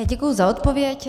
Děkuji za odpověď.